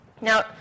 Now